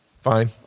Fine